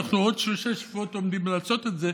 אנחנו עוד שלושה שבועות עומדים לעשות את זה,